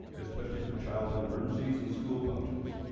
especially for childhood emergencies and school functions.